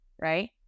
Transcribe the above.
right